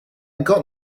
got